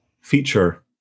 feature